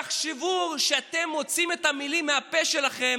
תחשבו כשאתם מוציאים את המילים מהפה שלכם